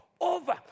Over